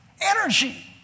energy